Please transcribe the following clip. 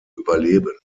überleben